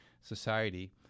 society